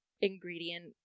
ingredient